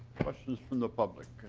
questions from the public?